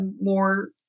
more